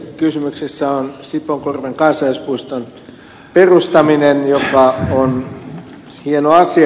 kysymyksessä on sipoonkorven kansallispuiston perustaminen mikä on hieno asia